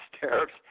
tariffs